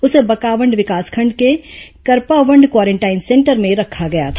उसे बकावंड विकासखंड के करपावंड क्वारेंटाइन सेंटर में रखा गया था